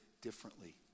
differently